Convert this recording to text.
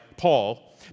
Paul